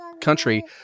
country